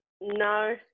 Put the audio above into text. No